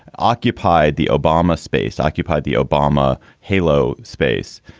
occupied the obama space, occupied the obama halo space,